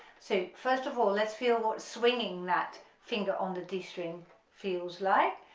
so first of all let's feel what swinging that finger on the d string feels like,